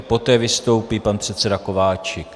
Poté vystoupí pan předseda Kováčik.